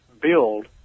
build